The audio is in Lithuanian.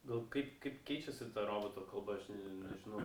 gal kaip kaip keičiasi ta roboto kalba aš neži nežinau